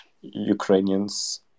Ukrainians